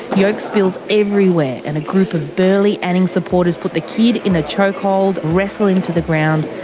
yolk spills everywhere and a group of burly anning supporters put the kid in a choke hold, wrestle him to the ground.